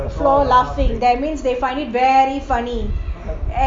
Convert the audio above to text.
rolling on the floor laughing that means they find it very funny